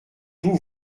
vous